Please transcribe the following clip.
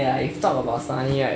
ya if talked about sunny right